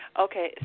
Okay